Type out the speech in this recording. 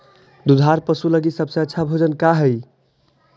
दुधार पशु लगीं सबसे अच्छा भोजन का हई?